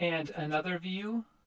and another view